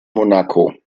monaco